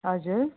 हजुर